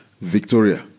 Victoria